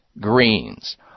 greens